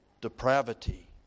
depravity